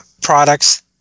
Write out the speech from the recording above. products